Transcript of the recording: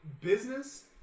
business